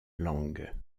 langue